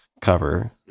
cover